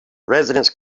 residents